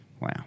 Wow